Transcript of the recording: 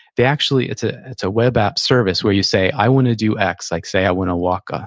they actually, it's ah it's a web app service where you say, i want to do x. like, say i want to walk ah